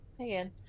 again